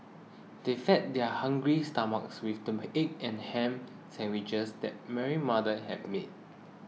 they fed their hungry stomachs with the egg and ham sandwiches that Mary's mother had made